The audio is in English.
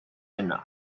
and